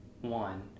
one